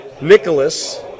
Nicholas